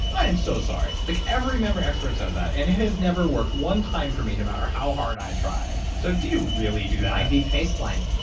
i'm so sorry. like every memory expert says that. and it has never worked one time for me no matter how hard i try. so do you really do that? you might be face blind.